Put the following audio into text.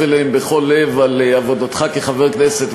אליהם בכל לב על עבודתך כחבר כנסת,